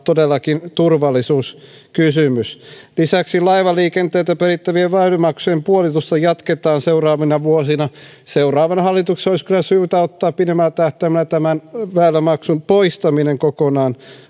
todellakin turvallisuuskysymys lisäksi laivaliikenteeltä perittävien väylämaksujen puolitusta jatketaan seuraavina vuosina seuraavan hallituksen olisi kyllä syytä ottaa pidemmällä tähtäimellä väylämaksun poistaminen kokonaan